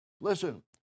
Listen